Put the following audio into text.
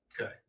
Okay